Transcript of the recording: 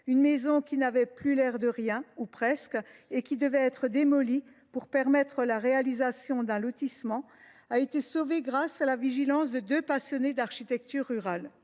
d’annexes, qui n’avait plus l’air de rien, ou presque, devait être démolie pour permettre la réalisation d’un lotissement. Cependant, elle a été sauvée grâce à la vigilance de deux passionnés d’architecture rurale,